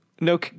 No